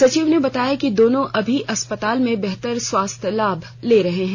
सचिव ने बताया कि दोनों अभी अस्पताल में बेहतर स्वास्थ्य लाभ ले रहे हैं